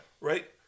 Right